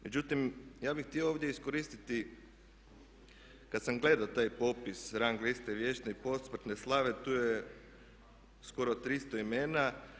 Međutim, ja bih htio ovdje iskoristiti kad sam gledao taj popis rang liste vječne i posmrtne slave tu je skoro 300 imena.